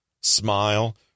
smile